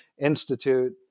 Institute